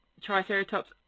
Triceratops